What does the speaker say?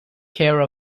care